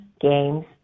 games